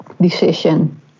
decision